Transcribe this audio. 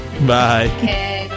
Bye